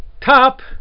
top